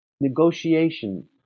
negotiation